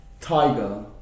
Tiger